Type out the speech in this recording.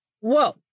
Whoa